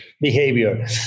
behavior